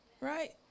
right